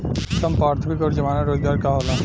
संपार्श्विक और जमानत रोजगार का होला?